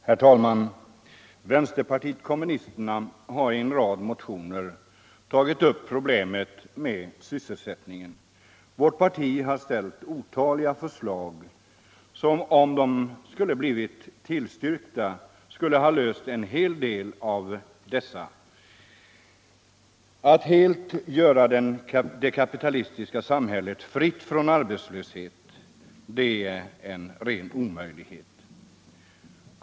Herr talman! Vänsterpartiet kommunisterna har i en rad motioner tagit upp problemen med sysselsättningen. Vårt parti har ställt otaliga förslag som om de blivit tillstyrkta och genomförda, skulle ha löst en rad av dessa problem. Att göra det kapitalistiska samhället helt fritt från arbetslöshet är en omöjlighet.